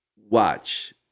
watch